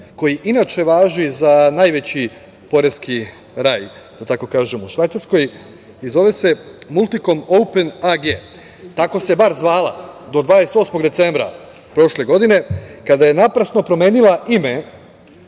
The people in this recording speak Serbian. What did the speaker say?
koji inače važi za najveći poreski raj, da tako kažem, u Švajcarskoj i zove se „Multikom open AG“. Tako se bar zvala do 28. decembra prošle godine kada je naprasno promenila ime